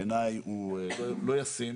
הוא בעיניי לא ישים,